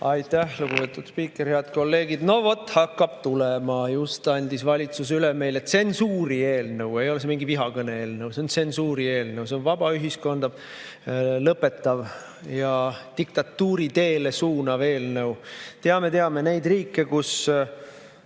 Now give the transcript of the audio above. Aitäh, lugupeetud spiiker! Head kolleegid! No vot, hakkab tulema! Just andis valitsus üle tsensuuri eelnõu. Ei ole see mingi vihakõne eelnõu. See on tsensuuri eelnõu, see on vaba ühiskonda lõpetav ja diktatuuri teele suunav eelnõu. Teame‑teame! Need riigid, kus